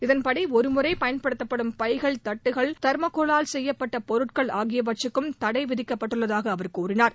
இதன்படி ஒருமுறை பயன்படுத்தப்படும் பைகள் தட்டுகள் தெர்மாக்கோவால் செய்யப்பட்ட பொருட்கள் ஆகியவற்றுக்கும் தடை விதிக்கப்பட்டுள்ளதாக அவர் கூறினார்